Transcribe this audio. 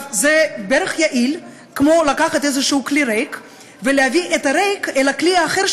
זה בערך יעיל כמו לקחת איזשהו כלי ריק ולהביא את הריק אל הכלי האחר,